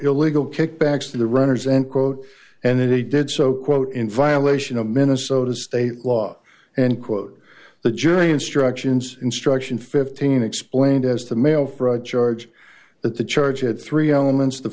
illegal kickbacks to the runners end quote and that he did so quote in violation of minnesota's a law and quote the jury instructions instruction fifteen explained as the mail fraud charge that the charge had three elements th